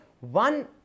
one